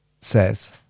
says